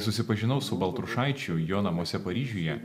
susipažinau su baltrušaičiu jo namuose paryžiuje